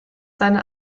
seine